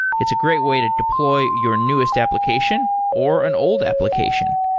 it's a great way to deploy your newest application, or an old application.